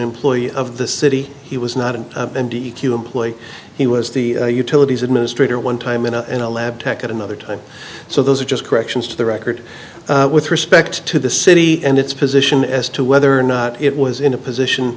employee of the city he was not an employee he was the utilities administrator one time in a in a lab tech at another time so those are just corrections to the record with respect to the city and its position as to whether or not it was in a position